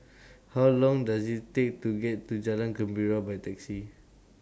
How Long Does IT Take to get to Jalan Gembira By Taxi